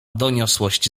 doniosłość